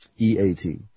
E-A-T